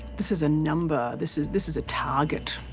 this is a number, this is this is a target.